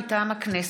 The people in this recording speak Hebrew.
מטעם הכנסת,